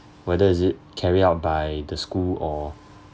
whether is it carried out by the school or